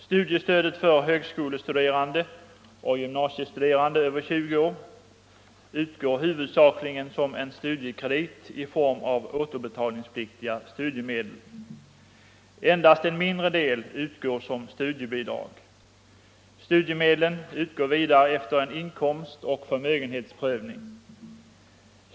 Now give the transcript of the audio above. Studiestödet för 41 högskolestuderande och gymnasiestuderande över 20 år utgår huvudsakligen som en studiekredit i form av återbetalningspliktiga studiemedel. Endast en mindre del utgår som studiebidrag. Studiemedlen utgår vidare efter en inkomstoch förmögenhetsprövning.